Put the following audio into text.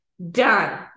done